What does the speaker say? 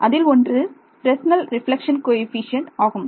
அதில் ஒன்று Fresnel reflection coefficient ஆகும்